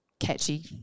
catchy